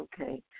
okay